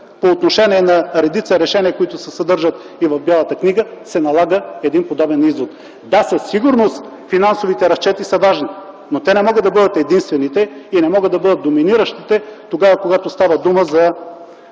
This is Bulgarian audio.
по отношение на редица решения, които се съдържат и в Бялата книга, се налага подобен извод. Да, със сигурност финансовите разчети са важни, но те не могат да бъдат единствените и не могат да бъдат доминиращите тогава, когато става дума за